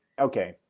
okay